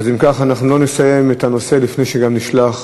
אז אם כך אנחנו לא נסיים את הנושא לפני שגם נשלח,